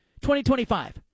2025